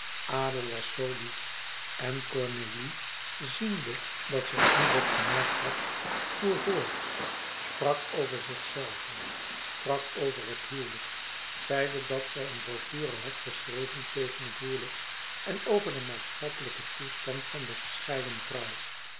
adel was zoo lief en cornélie ziende dat zij indruk gemaakt had voer voort sprak over zichzelve sprak over het huwelijk zeide dat zij een brochure had geschreven tegen het huwelijk en over den maatschappelijken toestand van de gescheiden vrouw